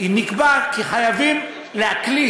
אם נקבע כי חייבים להקליט